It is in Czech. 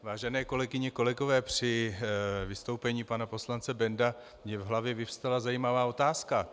Vážené kolegyně, kolegové, při vystoupení pana poslance Bendla mi v hlavě vyvstala zajímavá otázka.